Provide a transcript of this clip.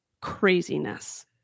craziness